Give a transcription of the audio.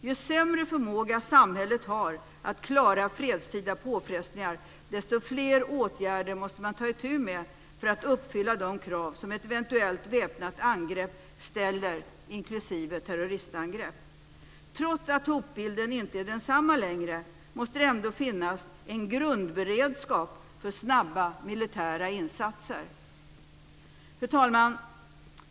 Ju sämre förmåga samhället har att klara fredstida påfrestningar, desto fler åtgärder måste man ta itu med för att uppfylla de krav som ett eventuellt väpnat angrepp, inklusive terroristangrepp, ställer. Trots att hotbilden inte längre är densamma, måste det ändå finnas en grundberedskap för snabba militära insatser. Fru talman!